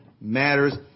matters